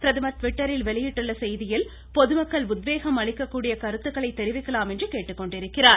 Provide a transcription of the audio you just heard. பிரதமர் டிவிட்டரில் வெளியிட்டுள்ள செய்தியில் பொதுமக்கள் உத்வேகம் அளிக்க கூடிய கருத்துக்களை தெரிவிக்கலாம் என்று கேட்டுக்கொண்டிருக்கிறார்